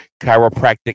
Chiropractic